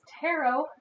tarot